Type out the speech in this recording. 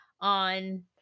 on